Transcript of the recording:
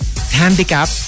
handicap